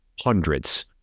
hundreds